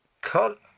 cut